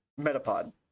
Metapod